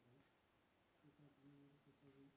କୃଷ କାର୍ଯ୍ୟ ଗୁଡ଼ିକ ସବୁ